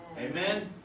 Amen